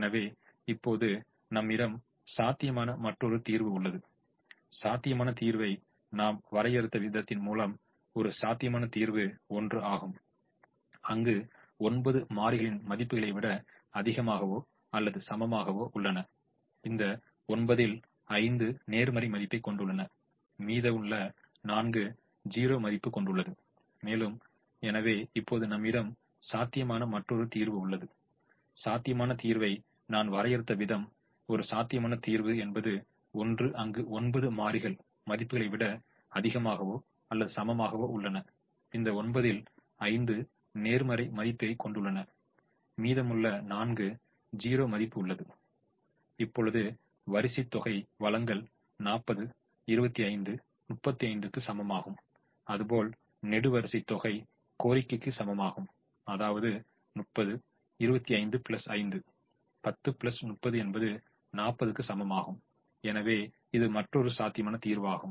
எனவே இப்போது நம்மிடம் சாத்தியமான மற்றொரு தீர்வு உள்ளது சாத்தியமான தீர்வை நாம் வரையறுத்த விதத்தின் மூலம் ஒரு சாத்தியமான தீர்வு 1 ஆகும் அங்கு ஒன்பது மாறிகளின் மதிப்புகளை விட அதிகமாகவோ அல்லது சமமாகவோ உள்ளன இந்த 9 இல் 5 நேர்மறை மதிப்பைக் கொண்டுள்ளன மீதமுள்ள 4 0 மதிப்பு கொண்டுள்ளது மேலும் எனவே இப்போது நம்மிடம் சாத்தியமான மற்றொரு தீர்வு உள்ளது சாத்தியமான தீர்வை நான் வரையறுத்த விதம் ஒரு சாத்தியமான தீர்வு 1 அங்கு ஒன்பது மாறிகள் மதிப்புகளை விட அதிகமாகவோ அல்லது சமமாகவோ உள்ளன இந்த 9 இல் 5 நேர்மறை மதிப்பைக் கொண்டுள்ளன மீதமுள்ள 4 0 மதிப்பு உள்ளது இப்பொழுது வரிசை தொகை வழங்கல் 40 25 35 க்கு சமமாகும் அதுபோல் நெடுவரிசை தொகை கோரிக்கைக்கு சமமாகும் 30 25 5 10 30 40 க்கு சமமாகும் எனவே இது மற்றொரு சாத்தியமான தீர்வாகும்